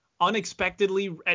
unexpectedly